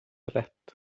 rätt